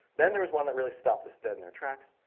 then there was one that really stopped us dead in their tracks.